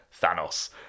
Thanos